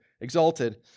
exalted